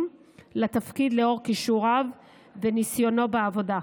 לתפקיד לאור כישוריו וניסיונו בעבודה,